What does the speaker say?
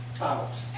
out